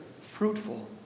fruitful